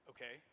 Okay